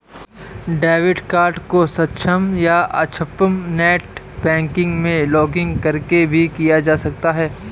debit card को सक्षम या अक्षम नेट बैंकिंग में लॉगिंन करके भी किया जा सकता है